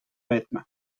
vêtement